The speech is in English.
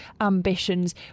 ambitions